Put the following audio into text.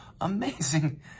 amazing